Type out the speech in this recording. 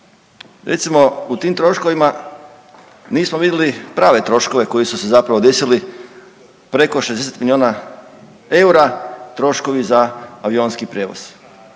recimo u tim troškovima nismo vidjeli prave troškove koji su se zapravo desili preko 60 milijuna eura troškovi za avionski prijevoza